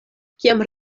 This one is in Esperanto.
kiam